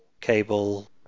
Cable